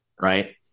right